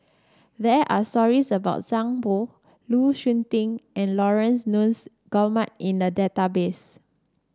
there are stories about Zhang Bohe Lu Suitin and Laurence Nunns Guillemard in the database